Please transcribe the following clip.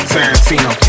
Tarantino